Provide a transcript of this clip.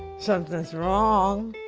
something's wrong